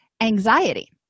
anxiety